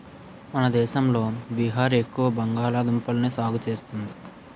మన దేశంలో బీహార్ ఎక్కువ బంగాళదుంపల్ని సాగు చేస్తుంది